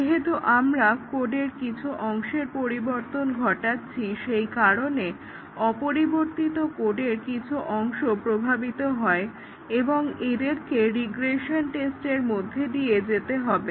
যেহেতু আমরা কোডের কিছু অংশের পরিবর্তন ঘটাচ্ছি সেই কারণে অপরিবর্তিত কোডের কিছু অংশ প্রভাবিত হয় এবং এদেরকে রিগ্রেশন টেস্টের মধ্যে দিয়ে যেতে হবে